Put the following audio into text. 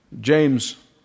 James